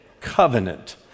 covenant